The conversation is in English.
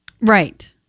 Right